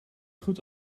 goed